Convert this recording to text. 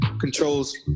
controls